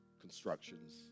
constructions